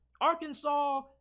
Arkansas